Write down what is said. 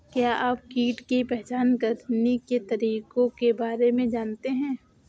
क्या आप कीट की पहचान करने के तरीकों के बारे में जानते हैं?